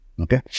Okay